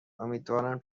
امیدوارم